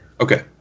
Okay